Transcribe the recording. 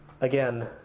Again